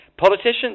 Politicians